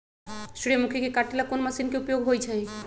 सूर्यमुखी के काटे ला कोंन मशीन के उपयोग होई छइ?